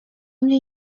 mnie